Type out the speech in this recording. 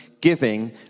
giving